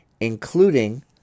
including